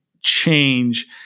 change